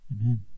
Amen